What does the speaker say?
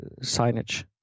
signage